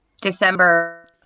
December